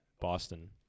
Boston